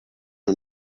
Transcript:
who